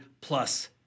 plus